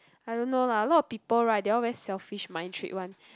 I don't know lah a lot of people right they all very selfish mind trick one